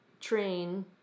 train